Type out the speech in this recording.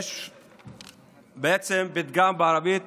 יש בעצם פתגם בערבית